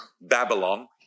Babylon